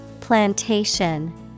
Plantation